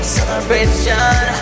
Celebration